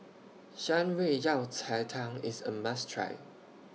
Shan Rui Yao Cai Tang IS A must Try